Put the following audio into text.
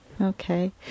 Okay